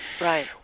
Right